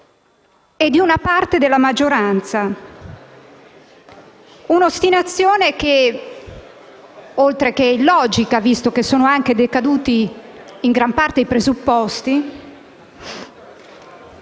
e di una parte della maggioranza: un'ostinazione, peraltro illogica, visto che sono anche decaduti, in gran parte, i presupposti,